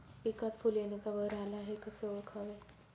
पिकात फूल येण्याचा बहर आला हे कसे ओळखावे?